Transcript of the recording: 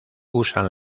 usan